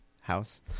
house